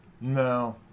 no